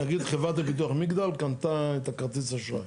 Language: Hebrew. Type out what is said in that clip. נגיד חברת הביטוח מגדל קנתה את כרטיס האשראי.